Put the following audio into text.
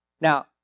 Now